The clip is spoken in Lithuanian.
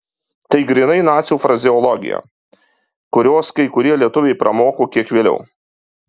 tai grynai nacių frazeologija kurios kai kurie lietuviai pramoko kiek vėliau